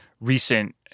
recent